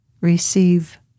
receive